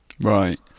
Right